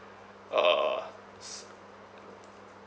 uh